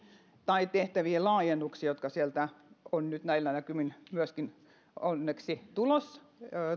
tai tehtävien laajennuksiin jotka sieltä ovat nyt näillä näkymin myöskin onneksi